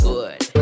Good